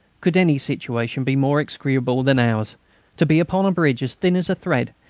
could any situation be more execrable than ours to be upon a bridge as thin as a thread,